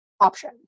option